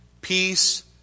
Peace